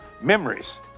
Memories